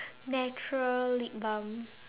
natural lip balm